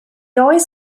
always